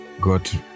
got